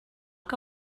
que